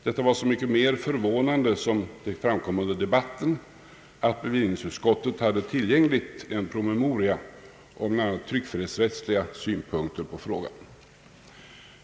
Detta var så mycket mer förvånande som det under debatten framkom att bevillningsutskottet hade tillgänglig en promemoria om bl.a. tryckfrihetsrättsliga synpunkter på denna fråga.